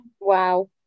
Wow